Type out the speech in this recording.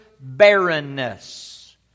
barrenness